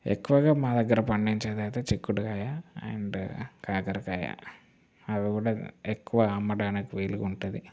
ఎక్కువగా మా దగ్గర పండించేదయితే చిక్కుడుకాయ అండ్ కాకరకాయ అవి కూడా ఎక్కువ అమ్మడానికి వీలుగా ఉంటుంది